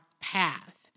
path